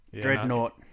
Dreadnought